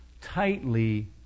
tightly